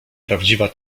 prawdziwa